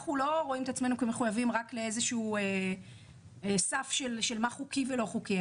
אנחנו לא רואים את עצמנו מחויבים רק לסף של מה חוקי ולא חוקי,